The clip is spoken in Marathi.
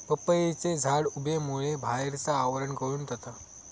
पपईचे झाड उबेमुळे बाहेरचा आवरण गळून जाता